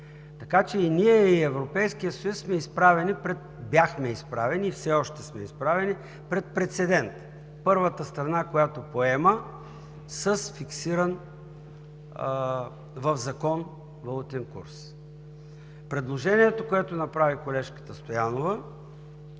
Така че и ние, и Европейският съюз бяхме изправени и все още сме изправени пред прецедент – първата страна, която поема с фиксиран в закон валутен курс. Предложението, което направи колежката Стоянова